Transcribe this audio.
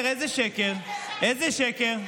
השקר שלכם, על השקר?